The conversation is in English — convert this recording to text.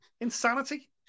Insanity